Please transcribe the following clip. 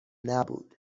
نبود